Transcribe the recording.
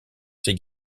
ses